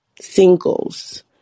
singles